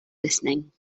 listening